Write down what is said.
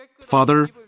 Father